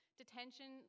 detention